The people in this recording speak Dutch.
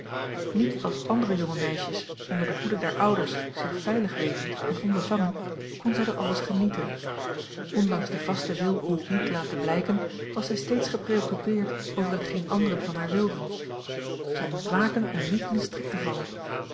niet als andere jonge meisjes onder de hoede der ouders zich veilig wetend en onbevangen kon zij dat alles genieten ondanks den vasten wil om dit niet te laten blijken was zij steeds gepreoccupeerd over hetgeen anderen van haar wilden zij moest waken om niet in een strik te vallen